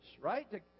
right